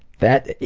that,